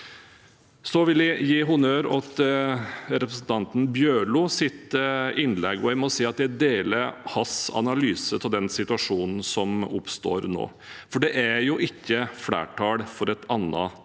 Jeg vil gi honnør til representanten Bjørlos innlegg, og jeg må si at jeg deler hans analyse av den situasjonen som oppstår nå. Det er jo ikke flertall for et annet